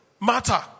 matter